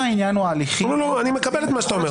אני מקבל את מה שאתה אומר.